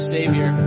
Savior